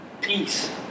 peace